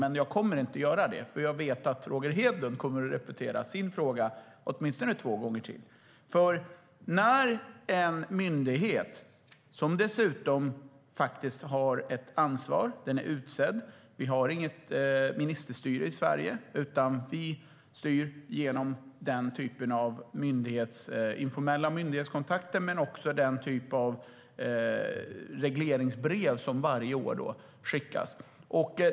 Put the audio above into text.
Men jag kommer inte att göra det, för jag vet att Roger Hedlund kommer att repetera sin fråga åtminstone två gånger till. En myndighet har ett ansvar. Den är utsedd. Vi har inget ministerstyre i Sverige, utan vi har informella myndighetskontakter. Men vi styr också genom den typ av regleringsbrev som varje år skickas.